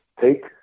take